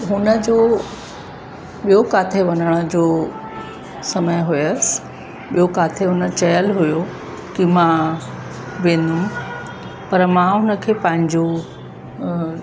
हुन जो ॿियों किथे वञण जो समय हुयुसि ॿियों किथे हुन चयल हुयो कि मां ॿिनि पर मां उन खे पंहिंजो